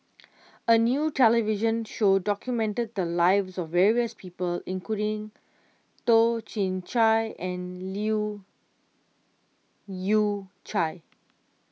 a new television show documented the lives of various people including Toh Chin Chye and Leu Yew Chye